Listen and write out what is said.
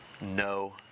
no